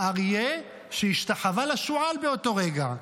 האריה שהשתחווה לשועל באותו רגע,